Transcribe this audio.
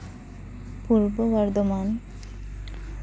Purba Bardhaman